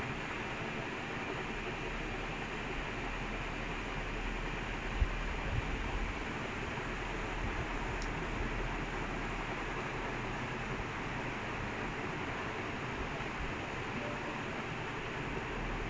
eh நான் இந்த அடுத்த இதுக்கு போனேன்:naan intha adutha ithukku ponnaen there's err ஒரு ஆனா வந்து:oru aanaa vanthu it's different dude so it's like ninety five percent accuracy இருந்துச்சுனா:irunthuchunaa err they'll give you sixty five dollars